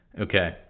Okay